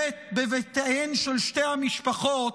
בבתיהן של שתי המשפחות,